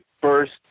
first